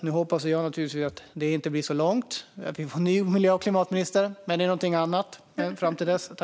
Nu hoppas jag naturligtvis att det inte blir så långvarigt och att vi får en ny klimat och miljöminister. Men det är någonting annat.